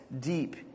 deep